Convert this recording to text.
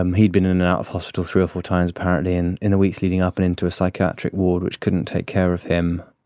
um he'd been in and out of hospital three or four times apparently in in the weeks leading up, and into a psychiatric ward which couldn't take care of him.